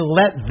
let